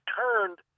turned